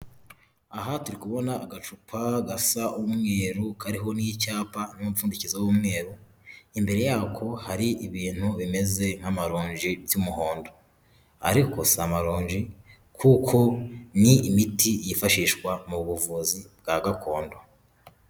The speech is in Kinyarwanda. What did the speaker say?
Aha turi kubona agacupa gasa umweru kariho n'icyapa n'umupfundizo w'umweru, imbere y'ako hari ibintu bimeze nk'amaronji by'umuhondo ariko si amaronji kuko ni imiti yifashishwa mu buvuzi bwa gakondo.